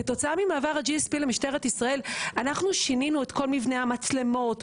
כתוצאה ממעבר ה GSP למשטרת ישראל אנחנו שינינו את כל מבנה המצלמות,